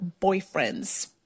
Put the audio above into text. boyfriends